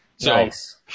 Nice